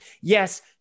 Yes